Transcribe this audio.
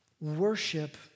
Worship